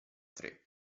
tre